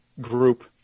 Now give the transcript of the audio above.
group